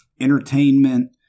entertainment